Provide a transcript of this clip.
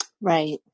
Right